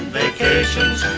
vacations